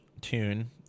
tune